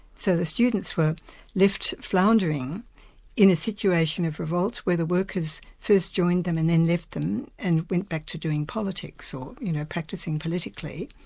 so the students were left floundering in a situation of revolt, where the workers first joined them and then left them, and went back to doing politics, or you know practising politically.